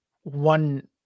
one